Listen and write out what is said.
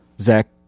Zach